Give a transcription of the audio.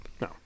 no